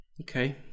Okay